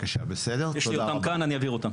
יש לי אותם כאן, אני אעביר אותם.